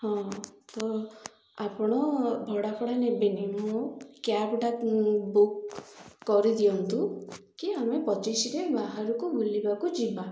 ହଁ ତ ଆପଣ ଭଡ଼ାଫଡ଼ା ନେବେନି ମୁଁ କ୍ୟାବ୍ଟା ବୁକ୍ କରିଦିଅନ୍ତୁ କି ଆମେ ପଚିଶରେ ବାହାରକୁ ବୁଲିବାକୁ ଯିବା